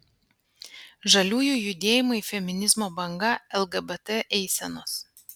žaliųjų judėjimai feminizmo banga lgbt eisenos